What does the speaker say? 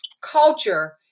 culture